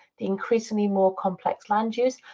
the increasingly more complex land use,